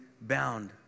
bound